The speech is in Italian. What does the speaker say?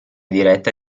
diretta